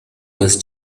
was